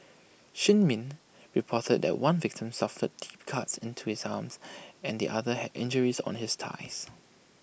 shin min reported that one victim suffered deep cuts into his arm and the other had injuries on his thigh